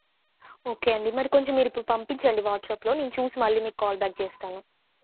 okay అండి మరి కొంచెం మీరు ఇప్పుడు పంపించండి వాట్సాప్లో నేను చూసి మళ్ళీ మీకు కాల్ బ్యాక్ చేస్తాను